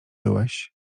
byłeś